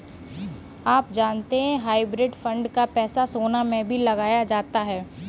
आप जानते है हाइब्रिड फंड का पैसा सोना में भी लगाया जाता है?